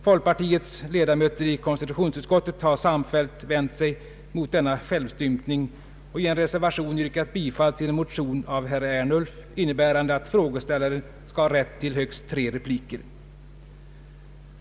Folkpartiets ledamöter i konstitutionsutskottet har samfällt vänt sig emot denna självstympning och i en reservation yrkat bifall till en motion av herr Ernulf, innebärande att frågeställaren skall ha rätt till högst tre repliker.